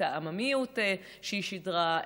את העממיות שהיא שידרה,